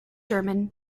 german